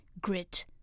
grit